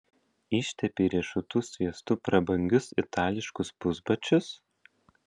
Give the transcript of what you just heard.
ištepei riešutų sviestu prabangius itališkus pusbačius